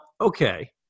okay